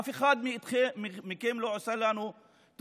אף אחד מכם לא עושה לנו טובה,